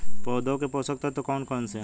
पौधों के पोषक तत्व कौन कौन से हैं?